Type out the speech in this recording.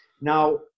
Now